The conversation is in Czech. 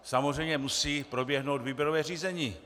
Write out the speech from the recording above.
Samozřejmě musí proběhnout výběrové řízení.